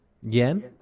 yen